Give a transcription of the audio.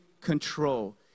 control